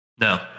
No